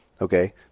okay